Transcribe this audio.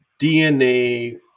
DNA